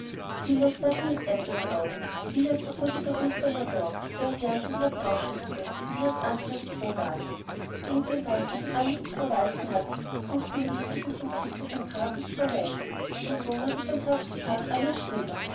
vieles sah sie mit eignen augen vieles erfuhr sie durch mr mordaunt der ihr gern sein herz ausschüttete und ihres anteils froh ward die intendanten die alles zu verwalten hatten suchten nur jeglichen konflikt mit dem grafen zu vermeiden und so wurde von tag zu tage alles schlimmer